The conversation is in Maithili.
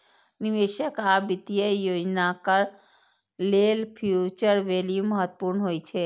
निवेशक आ वित्तीय योजनाकार लेल फ्यूचर वैल्यू महत्वपूर्ण होइ छै